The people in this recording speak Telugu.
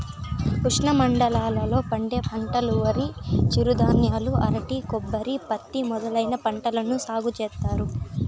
ఉష్ణమండలాల లో పండే పంటలువరి, చిరుధాన్యాలు, అరటి, కొబ్బరి, పత్తి మొదలైన పంటలను సాగు చేత్తారు